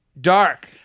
dark